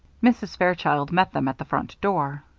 mrs. fairchild met them at the front door.